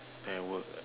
then I work